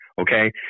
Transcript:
Okay